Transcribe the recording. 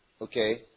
okay